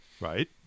Right